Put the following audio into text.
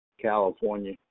California